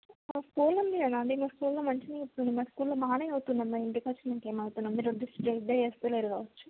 మా స్కూల్ ఉంది కదా మా స్కూల్లో మంచిగా చెప్తుర్రు మా స్కూల్లో బాగా చదువుతున్నారు మరి ఇంటికి వచ్చినాక ఏమవుతుందో మీరు శ్రద్ధ చేస్తేలేరు కావచ్చు